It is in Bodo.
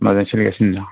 मोजां सोलिगासिनो दं